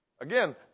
Again